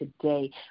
today